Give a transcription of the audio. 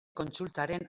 kontsultaren